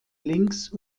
links